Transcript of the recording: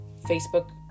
facebook